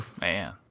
Man